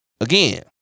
again